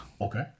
Okay